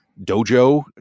dojo